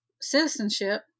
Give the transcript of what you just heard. citizenship